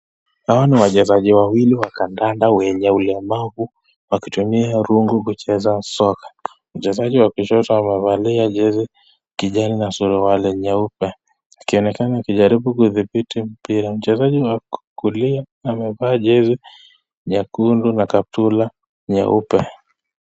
Hawa ni wachezaji wawili wa kandanda wenye ulemavu wakitumia rungu kucheza soka. Mchezaji wa kushoto amevalia jezi kijani na suruali nyeupe akionekana akijaribu kuidhibiti mpira. Mchezaji wa upande wa kulia amevaa jezi nyekundu na kaptura nyeupe.